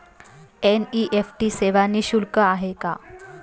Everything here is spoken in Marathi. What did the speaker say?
एन.इ.एफ.टी सेवा निःशुल्क आहे का?